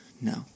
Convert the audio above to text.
No